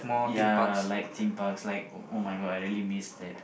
ya like theme parks like [oh]-my-god I really missed that